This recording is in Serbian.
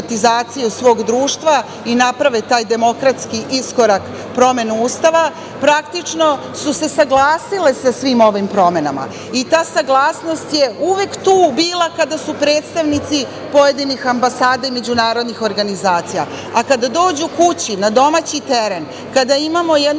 svog društva i naprave taj demokratski iskorak promene Ustava, praktično su se saglasile sa svim ovim promenama. I ta saglasnost je uvek tu bila kada su predstavnici pojedinih ambasada i međunarodnih organizacija, a kada dođu kući na domaći teren, kada imamo